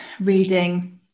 reading